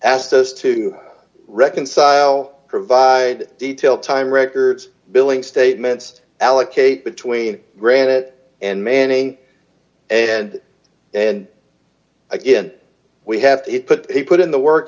asked us to reconcile provide detail time records billing statements allocate between granite and manny and and again we have to put a put in the work